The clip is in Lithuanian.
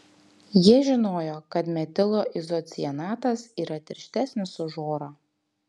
jie žinojo kad metilo izocianatas yra tirštesnis už orą